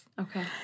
Okay